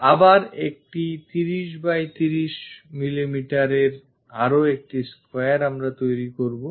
আবার একটি 30 mm by 30mm এর আরও একটি square আমরা আবার তৈরি করবো